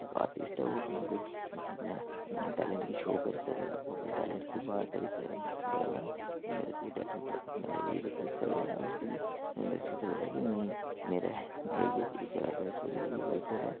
इक आर्टिस्ट ऐ ओह् अपने टैलेंट गी शो करी सकदा ओह् अपने टैलेंट गी बाहर करी सकदा दस्सी सकदा जेह्ड़ा कल्चर ऐ उसी बी दस्सी सकदा कि नेईं मेरा एरिये च एह् चला दा इस बेल्लै एह् कल्चर ऐ